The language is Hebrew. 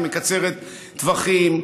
היא מקצרת טווחים,